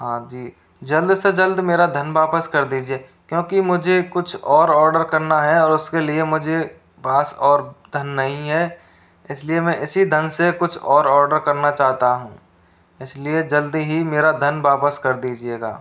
हाँ जी जल्द से जल्द मेरा धन वापस कर दीजिए क्योंकि मुझे कुछ और ऑर्डर करना है और उसके लिए मुझे पास और धन नहीं है इसलिए मैं इसी धन से कुछ और ऑर्डर करना चाहता हूँ इसलिए जल्दी ही मेरा धन वापस कर दीजिएगा